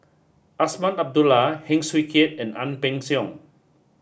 Azman Abdullah Heng Swee Keat and Ang Peng Siong